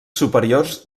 superiors